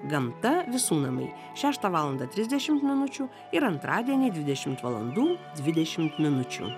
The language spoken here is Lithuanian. gamta visų namai šeštą valandą trisdešimt minučių ir antradienį dvidešimt valandų dvidešimt minučių